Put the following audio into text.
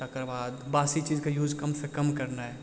तकरबाद बासी चीजके यूज कमसँ कम करनाइ